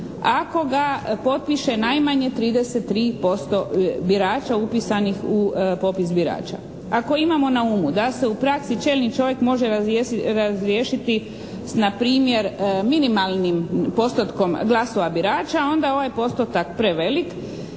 ako ga potpiše najmanje 33% birača upisanih u popis birača. Ako imamo na umu da se u praksi čelni čovjek može razriješiti s na primjer minimalnim postotkom glasova birača onda je ovaj postotak prevelik